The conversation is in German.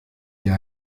mir